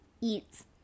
eats